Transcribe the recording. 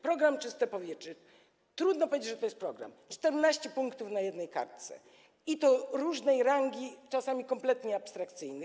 Program „Czyste powietrze” - trudno powiedzieć, że to jest program, 14 punktów na jednej kartce, i to różnej rangi, czasami kompletnie abstrakcyjnych.